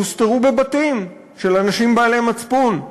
שהוסתרו בבתים של אנשים בעלי מצפון.